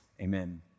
amen